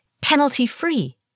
penalty-free